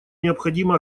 необходимо